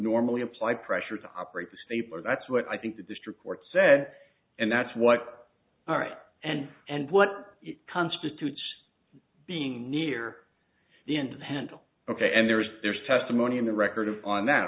normally apply pressure to operate the stapler that's what i think the district court said and that's what all right and and what constitutes being near the end of the handle ok and there's there's testimony in the record of on that